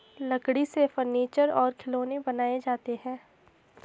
लकड़ी से फर्नीचर और खिलौनें बनाये जाते हैं